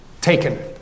taken